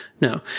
no